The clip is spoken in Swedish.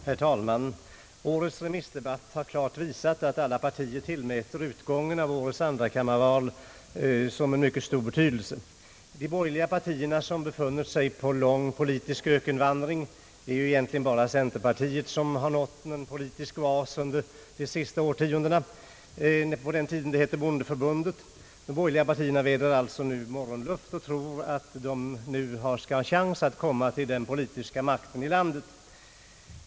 Herr talman! Årets remissdebatt har klart visat att alla partier tillmäter utgången av årets andrakammarval en mycket stor betydelse. De borgerliga partierna har befunnit sig på en lång politisk ökenvandring — endast centerpartiet har under de senaste årtiondena nått en politisk oas, på den tiden det hette bondeförbundet. Nu vädrar de borgerliga partierna morgonluft och tror att de i år skall ha chans att komma fram till den politiska makten i landet.